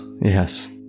yes